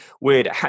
weird